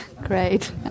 Great